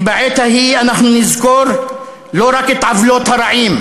כי בעת ההיא אנחנו נזכור לא רק את עוולות הרעים,